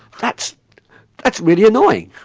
that's that's really annoying.